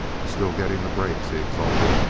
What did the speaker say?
still getting the breaks, he exulted.